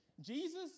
Jesus